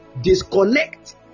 disconnect